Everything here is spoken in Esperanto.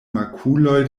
makuloj